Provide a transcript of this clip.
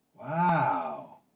Wow